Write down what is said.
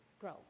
grow